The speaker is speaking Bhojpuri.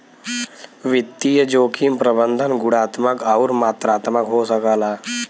वित्तीय जोखिम प्रबंधन गुणात्मक आउर मात्रात्मक हो सकला